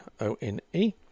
O-N-E